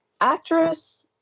actress